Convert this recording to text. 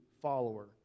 follower